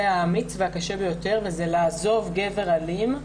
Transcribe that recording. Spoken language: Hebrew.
האמיץ והקשה ביותר וזה לעזוב גבר אלים.